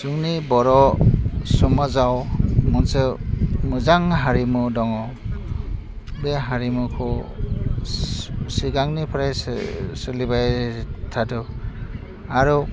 जोंनि बर' समाजाव मोनसे मोजां हारिमु दङ बे हारिमुखौ सिगांनिफ्रायसो सोलिबाय थादो आरो